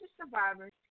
survivors